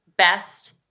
best